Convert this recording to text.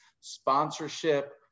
sponsorship